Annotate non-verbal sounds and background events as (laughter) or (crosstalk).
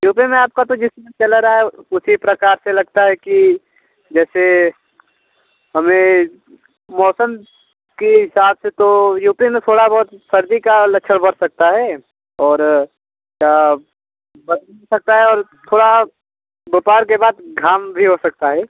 you P में आपका तो जिस (unintelligible) चल रहा है उसी प्रकार से लगता है कि जैसे हमें मौसम के हिसाब से तो यू पी में थोड़ा बहोत सर्दी के लक्षण बढ़ सकते हैं और (unintelligible) बढ़ सकता है और थोड़ा दोपहर के बाद घाम भी हो सकता है